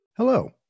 Hello